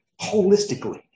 holistically